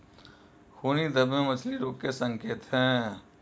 खूनी धब्बे मछली रोग के संकेत हैं